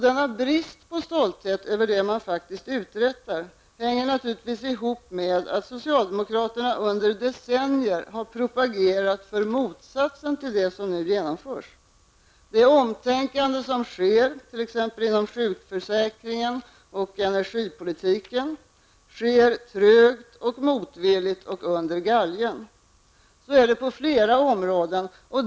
Denna brist på stolthet över vad man faktiskt har uträttat hänger naturligtvis ihop med att socialdemokraterna under decennier har propagerat för motsatsen till det som nu genomförs. Det omtänkande som nu sker, t.ex. inom sjukförsäkringen och energipolitiken, sker trögt och motvilligt och under galgen. Så är det på flera områden.